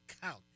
count